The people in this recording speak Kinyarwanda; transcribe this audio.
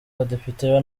badepite